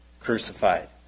crucified